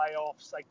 playoffs